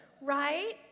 right